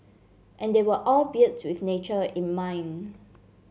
and they were all built with nature in mind